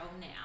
now